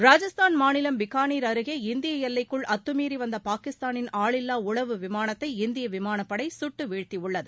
ராஜஸ்தான் மாநிலம் பிக்கானீர் அருகே இந்திய எல்லைக்குள் அத்துமீறி வந்த பாகிஸ்தானின் ஆளில்லா உளவு விமானத்தை இந்திய விமானப்படை சுட்டு வீழ்த்தியுள்ளது